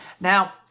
Now